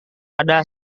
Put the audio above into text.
ada